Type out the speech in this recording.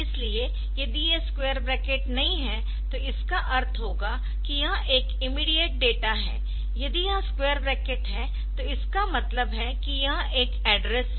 इसलिए यदि ये स्क्वेअर ब्रैकेट नहीं है तो इसका अर्थ होगा कि यह एक इमीडियेट डेटा है यदि यह स्क्वेअर ब्रैकेट है तो इसका मतलब है कि यह एक एड्रेस है